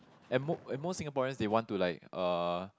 and mo~ and most Singaporean they want to like uh